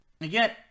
Again